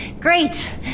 Great